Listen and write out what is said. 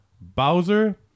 Bowser